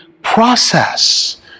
process